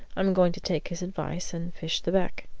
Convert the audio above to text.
i'm going to take his advice and fish the beck.